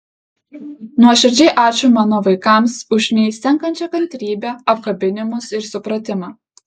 nuoširdžiai ačiū mano vaikams už neišsenkančią kantrybę apkabinimus ir supratimą